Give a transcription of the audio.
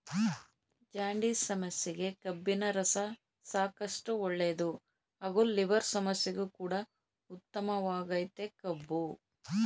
jaundice ಸಮಸ್ಯೆಗೆ ಕಬ್ಬಿನರಸ ಸಾಕಷ್ಟು ಒಳ್ಳೇದು ಹಾಗೂ ಲಿವರ್ ಸಮಸ್ಯೆಗು ಕೂಡ ಉತ್ತಮವಾಗಯ್ತೆ ಕಬ್ಬು